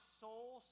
soul